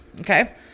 Okay